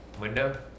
window